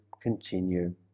continue